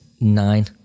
nine